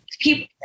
people